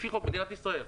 פי החוק במדינת ישראל.